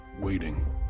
waiting